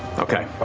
okay.